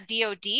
dod